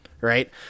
right